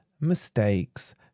mistakes